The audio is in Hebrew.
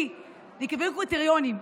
כי נקבעו קריטריונים,